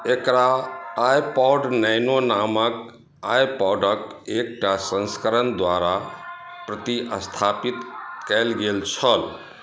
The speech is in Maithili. एकरा आईपॉड नैनो नामक आईपॉडक एकटा संस्करण द्वारा प्रतिस्थापित कयल गेल छल